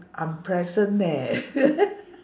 unpleasant leh